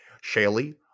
Shelly